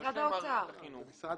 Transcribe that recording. ומערכת החינוך.